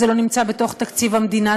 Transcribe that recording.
זה לא נמצא בתוך תקציב המדינה,